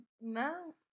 No